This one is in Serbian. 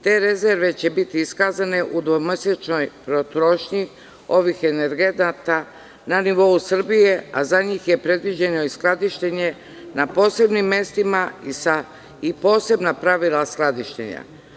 Te rezerve će biti iskazane u dvomesečnoj potrošnji ovih energenata na nivou Srbije, a za njih je predviđeno skladištenje na posebnim mestima i posebna pravila skladištenja.